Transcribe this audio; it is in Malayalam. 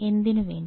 എന്തിനുവേണ്ടി